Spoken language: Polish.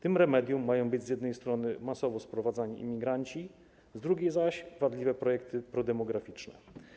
Tym remedium mają być z jednej strony masowo sprowadzani imigranci, z drugiej zaś - wadliwe projekty prodemograficzne.